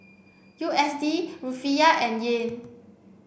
U S D Rufiyaa and Yen